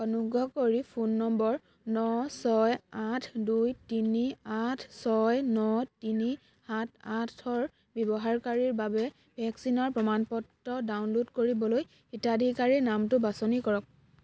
অনুগ্ৰহ কৰি phone number ন ছয় আঠ দুই তিনি আঠ ছয় ন তিনি সাত আঠৰ ব্যৱহাৰকাৰীৰ বাবে ভেকচিনৰ প্ৰমাণ পত্ৰ ডাউনলোড কৰিবলৈ হিতাধিকাৰীৰ নামটো বাছনি কৰক